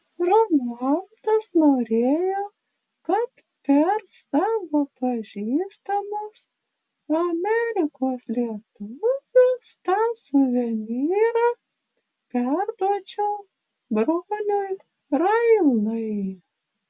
romualdas norėjo kad per savo pažįstamus amerikos lietuvius tą suvenyrą perduočiau broniui railai